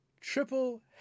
Triple